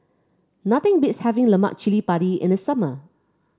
nothing beats having Lemak Cili Padi in the summer